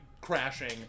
crashing